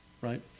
right